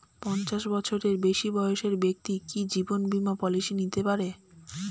পঞ্চাশ বছরের বেশি বয়সের ব্যক্তি কি জীবন বীমা পলিসি নিতে পারে?